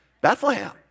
Bethlehem